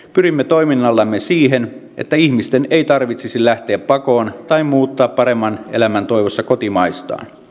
pyrimme toiminnallamme siihen että ihmisten ei tarvitsisi lähteä pakoon tai muuttaa paremman elämän toivossa kotimaistaan